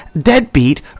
deadbeat